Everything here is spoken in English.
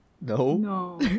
No